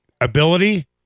Ability